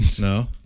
No